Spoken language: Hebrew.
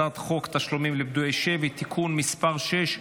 הצעת חוק תשלומים לפדויי שבי (תיקון מס' 6),